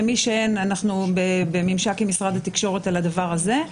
למי שאין אנחנו בממשק עם משרד התקשורת על הדבר הזה.